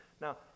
Now